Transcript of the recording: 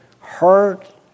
hurt